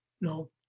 No